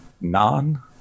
non